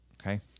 okay